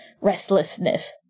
restlessness